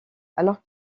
alors